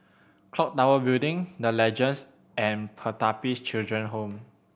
Clock Tower Building The Legends and Pertapis Children Home